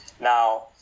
Now